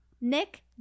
nick